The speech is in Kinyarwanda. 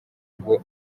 ngo